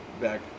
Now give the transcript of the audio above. back